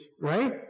right